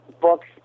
Books